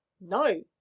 no